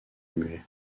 muet